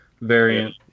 variant